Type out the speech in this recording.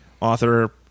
author